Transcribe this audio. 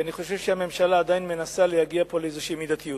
כי אני חושב שהממשלה עדיין מנסה להגיע למידתיות,